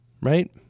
right